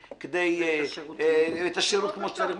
את השרות כמו שצריך.